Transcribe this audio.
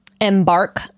Embark